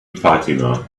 fatima